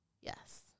yes